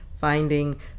finding